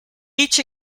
each